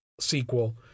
sequel